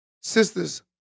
Sisters